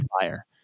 fire